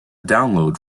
download